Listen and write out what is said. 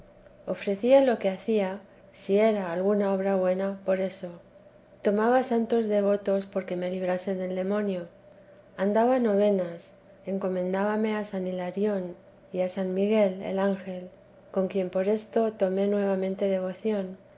ofrecía lo que hacía si era alguna buena obra por eso tomaba santos devotos porque me librasen del demonio andaba novenas encomendábame a san hilarión y a san miguel el ángel con quien por esto tomé nuevamente devoción